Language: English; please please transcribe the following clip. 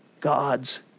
God's